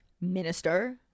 minister